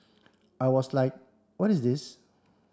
I was like what is this